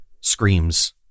Screams